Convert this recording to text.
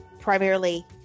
primarily